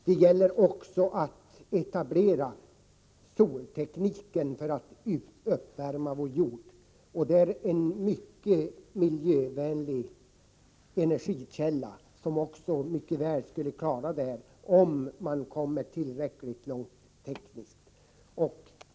Det gäller också att etablera solvärmetekniken för att värma upp vår jord. Solen är en synnerligen miljövänlig energikälla, som vi mycket väl skulle kunna använda, om man bara kommer tillräckligt långt i den tekniska utvecklingen.